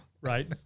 right